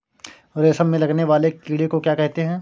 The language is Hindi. रेशम में लगने वाले कीड़े को क्या कहते हैं?